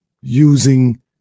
using